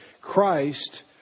Christ